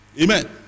amen